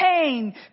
pain